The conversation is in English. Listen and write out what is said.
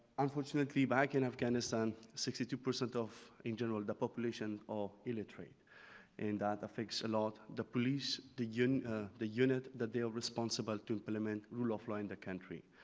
unfortunately, back in afghanistan, sixty two percent of in general, the population of illiterate and that affects a lot, the police, the unit the unit that they are responsible to implement rule of leading the country.